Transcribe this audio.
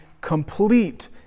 complete